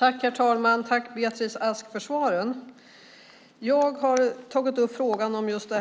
Herr talman! Tack, Beatrice Ask, för svaren! Jag har tagit upp frågan om just